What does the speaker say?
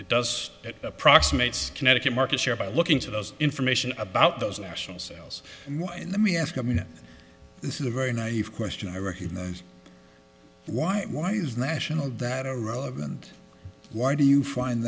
that approximates connecticut market share by looking to those information about those national sales in the me ask i mean this is a very naive question i recognize why why is national that irrelevant why do you find